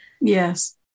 Yes